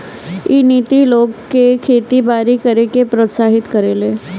इ नीति लोग के खेती बारी करे खातिर प्रोत्साहित करेले